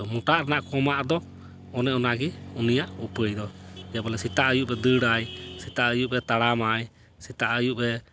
ᱢᱚᱴᱟᱜ ᱨᱮᱱᱟᱜ ᱠᱚᱢᱟᱜ ᱫᱚ ᱚᱱᱮ ᱚᱱᱟᱜᱮ ᱩᱯᱨᱩᱢ ᱫᱚ ᱡᱮ ᱵᱚᱞᱮ ᱥᱮᱛᱟᱜ ᱟᱹᱭᱩᱵ ᱮ ᱫᱟᱹᱲᱟᱭ ᱥᱮᱛᱟᱜ ᱟᱹᱭᱩᱵ ᱮ ᱛᱟᱲᱟᱢᱟᱭ ᱥᱮᱛᱟᱜ ᱟᱹᱭᱩᱵ ᱮ